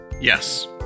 Yes